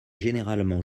généralement